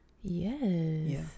Yes